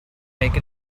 make